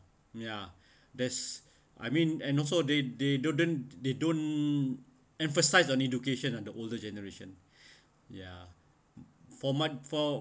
ya there's I mean and also they they didn't they don't emphasize on education on the older generation ya for my for